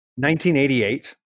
1988